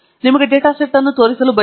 ನಿಮಗೆ data set ಅನ್ನು ತೋರಿಸಲು ಬಯಸುತ್ತೇನೆ